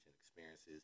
experiences